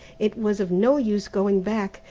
it was of no use going back,